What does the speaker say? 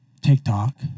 TikTok